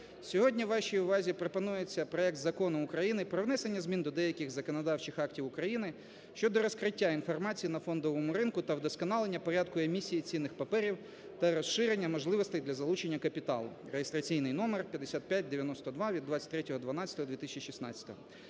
Сьогодні вашій увазі пропонується проект Закону України про внесення змін до деяких законодавчих актів України (щодо розкриття інформації на фондовому ринку та вдосконалення порядку емісії цінних паперів та розширення можливостей для залучення капіталу) (реєстраційний номер 5592 від 23.12.2016